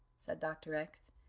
said dr. x,